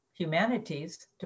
Humanities